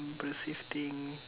impressive thing